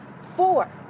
Four